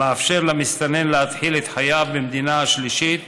המאפשר למסתנן להתחיל את חייו במדינה השלישית,